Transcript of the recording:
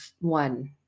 one